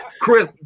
Chris